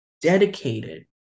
dedicated